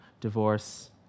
divorce